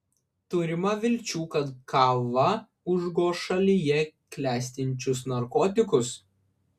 turima vilčių kad kava užgoš šalyje klestinčius narkotikus